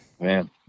Man